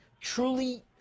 truly